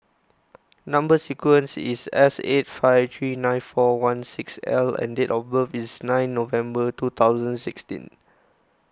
Number Sequence is S eight five three nine four one six L and date of birth is nine November two thousand sixteen